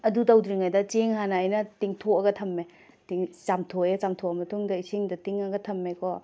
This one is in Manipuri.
ꯑꯗꯨ ꯇꯧꯗ꯭ꯔꯤꯉꯩꯗ ꯆꯦꯡ ꯍꯥꯟꯅ ꯑꯩꯅ ꯇꯤꯡꯊꯣꯛꯑꯒ ꯊꯝꯃꯦ ꯆꯥꯝꯊꯣꯛꯑꯦ ꯆꯥꯝꯊꯣꯛꯑꯕ ꯃꯇꯨꯡꯗ ꯏꯁꯤꯡꯗ ꯇꯤꯡꯉꯒ ꯊꯝꯃꯦꯀꯣ